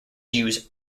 use